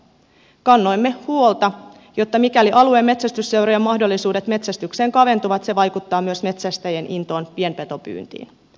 kan noimme huolta siitä että mikäli alueen metsästysseurojen mahdollisuudet metsästykseen kaventuvat se vaikuttaa myös metsästäjien intoon pienpetopyyntiin